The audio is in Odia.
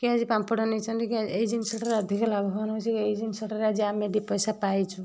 କି ଆଜି ପାମ୍ପଡ଼ ନେଇଛନ୍ତି କି ଆ ଏଇ ଜିନଷଟାରୁ ଅଧିକ ଲାଭବାନ ହେଉଛି ଏଇ ଜିନଷଟାରୁ ଆଜି ଆମେ ଦୁଇପଇସା ପାଇଛୁ